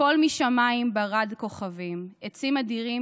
ייפול משמיים ברד כוכבים / עצים אדירים